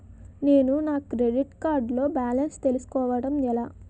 నేను నా credit card లో బాలన్స్ తెలుసుకోవడం ఎలా?